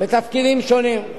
בתפקידים שונים.